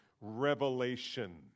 revelation